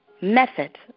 method